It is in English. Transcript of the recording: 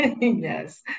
Yes